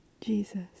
Jesus